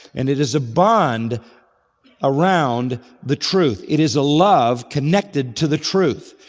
and it is a bond around the truth. it is a love connected to the truth.